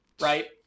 right